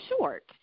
short